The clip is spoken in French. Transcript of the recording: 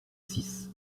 six